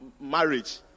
marriage